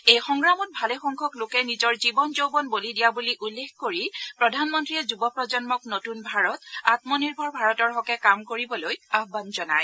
এই সংগ্ৰামত ভালেসংখ্যক লোকে নিজৰ জীৱন যৌৱন বলি দিয়া বুলি উল্লেখ কৰি প্ৰধানমন্ত্ৰীয়ে যুৱ প্ৰজন্মক নতুন ভাৰত আমনিৰ্ভৰ ভাৰতৰ হকে কাম কৰিবলৈ আহান জনায়